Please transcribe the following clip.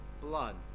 blood